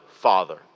Father